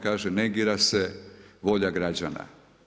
Kaže negira se volja građana.